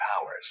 powers